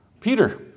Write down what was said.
Peter